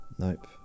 Nope